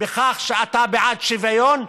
בכך שאתה בעד שוויון,